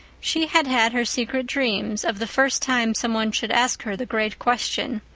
she had had her secret dreams of the first time some one should ask her the great question.